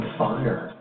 fire